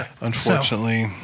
Unfortunately